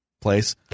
place